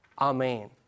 amen